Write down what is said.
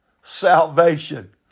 salvation